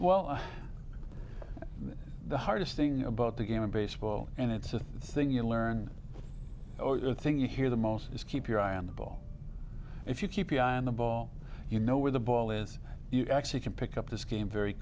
well the hardest thing about the game in baseball and it's a thing you learn the thing you hear the most is keep your eye on the ball if you keep your eye on the ball you know where the ball is you actually can pick up the scheme very